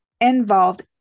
involved